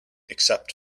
except